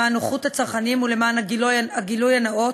למען נוחות הצרכנים ולמען הגילוי הנאות,